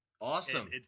Awesome